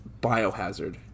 Biohazard